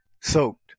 soaked